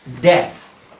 death